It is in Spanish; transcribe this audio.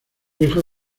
hijo